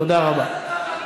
תודה רבה.